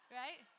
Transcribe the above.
right